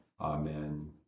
Amen